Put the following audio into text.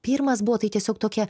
pirmas buvo tai tiesiog tokia